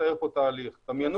דמיינו